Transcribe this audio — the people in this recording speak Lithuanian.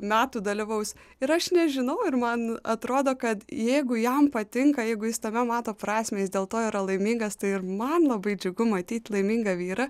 metų dalyvaus ir aš nežinau ir man atrodo kad jeigu jam patinka jeigu jis tame mato prasmę jis dėl to yra laimingas tai ir man labai džiugu matyt laimingą vyrą